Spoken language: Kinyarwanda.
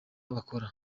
bakora